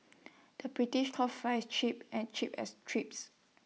the British calls Fries Chips and chips as trips